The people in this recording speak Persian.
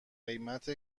قیمت